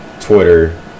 Twitter